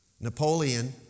Napoleon